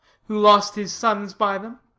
who lost his sons by them